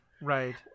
Right